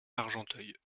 argenteuil